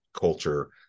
culture